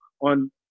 on